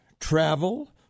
Travel